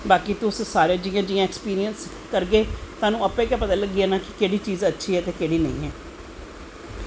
बाकी सारे तुस जियां जियां ऐक्सपिरिंस करगे तोआनू अप्पैं गै पता लग्गी जाना कि केह्ड़ी चीज़ अच्ची ऐ ते केह्ड़ी नेंई